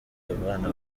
abana